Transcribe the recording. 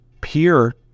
peer